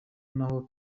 naho